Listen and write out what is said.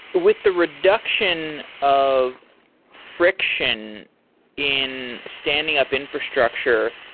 but with the reduction of friction in standing up infrastructure,